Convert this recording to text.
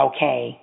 Okay